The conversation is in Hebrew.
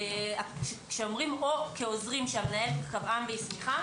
כשאומרים או כעוזרים שהמנהל קבעם והסמיכם